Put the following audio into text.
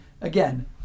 again